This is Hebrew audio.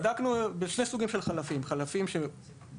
בדקנו שני סוגים של חלפים: חלפים שמחליפים